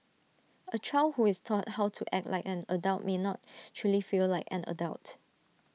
A child who is taught how to act like an adult may not truly feel like an adult